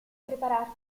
prepararsi